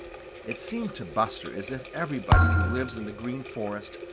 it seemed to buster as if everybody who lives in the green forest,